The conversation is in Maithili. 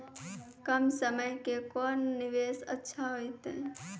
कम समय के कोंन निवेश अच्छा होइतै?